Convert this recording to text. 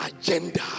agenda